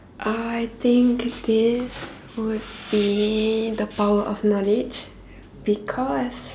I think this would be the power of knowledge because